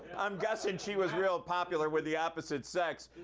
i'm guessing she was real popular with the opposite sex.